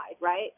right